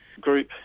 group